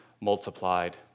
multiplied